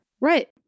Right